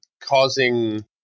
causing